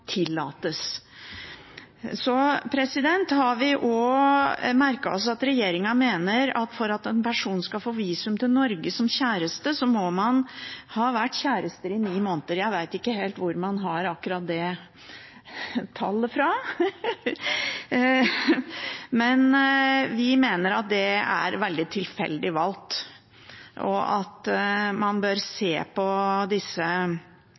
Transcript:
har også merket oss at regjeringen mener at for at en person skal få visum til Norge som kjæreste, må man ha vært kjærester i ni måneder. Jeg vet ikke helt hvor man har akkurat det tallet fra, men vi mener at det er veldig tilfeldig valgt. Når man lager den typen bestemmelser, er det kanskje ikke forholdets varighet man skal se